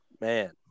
man